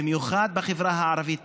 במיוחד בחברה הערבית,